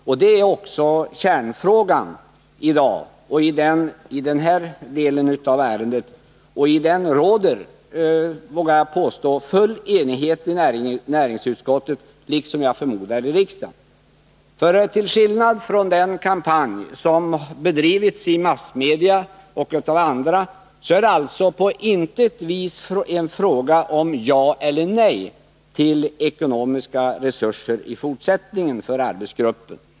Detta är också kärnfrågan i dag, och i den delen av ärendet råder, vågar jag påstå, full enighet i näringsutskottet liksom jag förmodar även i riksdagen. Till skillnad från den kampanj som bedrivits i massmedia och av andra är det på intet sätt en fråga" om ja eller nej till ekonomiska resurser i fortsättningen till arbetsgruppen.